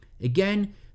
Again